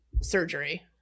surgery